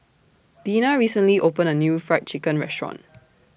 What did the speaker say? Deena recently opened A New Fried Chicken Restaurant